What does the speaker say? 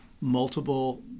multiple